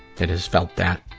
that has felt that,